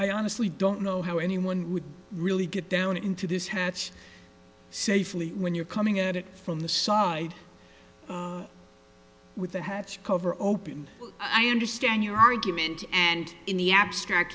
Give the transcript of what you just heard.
i honestly don't know how anyone would really get down into this hurts safely when you're coming at it from the side with the hatch cover open i understand your argument and in the abstract